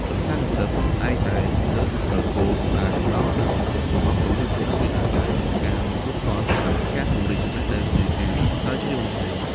សិស្សានុសិស្សពឹងផ្អែកតែលើសៀវភៅគោលដែលផ្តល់ដោយក្រសួងអប់រំ យុវជន និងកីឡា ដែលជួនកាលមិនគ្រប់គ្រាន់សម្រាប់ការពង្រីកចំណេះដឹង ឬការស្រាវជ្រាវបន្ថែម។